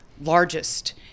largest